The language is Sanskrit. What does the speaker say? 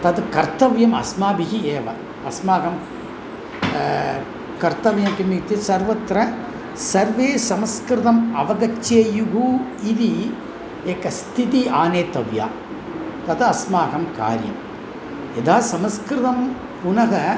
तद् कर्तव्यम् अस्माभिः एव अस्माकं कर्तव्यं किमिति सर्वत्र सर्वे संस्कृतम् अवगच्छेयुः इति एका स्थितिः आनेतव्या तत् अस्माकं कार्यं यदा सस्कृतं पुनः